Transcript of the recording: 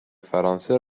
فرانسه